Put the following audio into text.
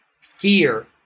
fear